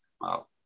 wow